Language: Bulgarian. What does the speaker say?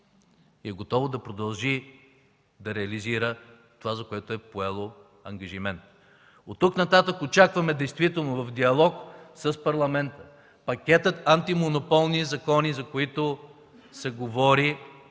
и е готово да продължи да реализира това, за което е поело ангажимент. Оттук нататък очакваме в диалог с Парламента пакетът антимонополни закони, за които се говори,